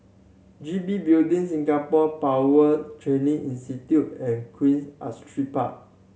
G B Building Singapore Power Training Institute and Queen Astrid Park